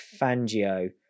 Fangio